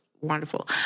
wonderful